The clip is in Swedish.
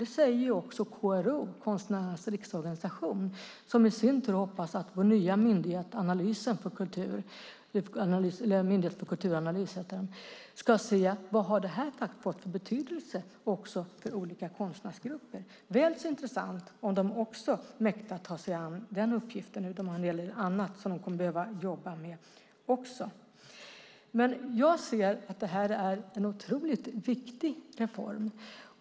Det säger också Konstnärernas riksorganisation som hoppas att den nya myndigheten för kulturanalys ska se vilken betydelse det har fått för olika konstnärsgrupper. Det är intressant, om de mäktar med att ta sig an också den uppgiften. De har en hel del annat att jobba med. Det här är en otroligt viktig reform.